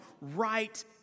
right